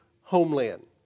homeland